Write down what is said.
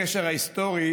הקשר ההיסטורי